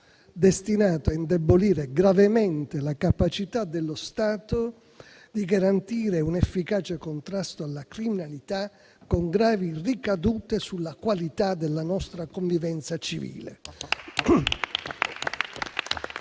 destinato a indebolire gravemente la capacità dello Stato di garantire un efficace contrasto alla criminalità, con gravi ricadute sulla qualità della nostra convivenza civile.